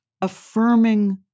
affirming